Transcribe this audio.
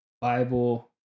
Bible